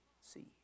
see